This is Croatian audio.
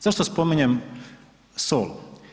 Zašto spominjem sol?